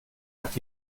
hat